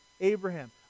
Abraham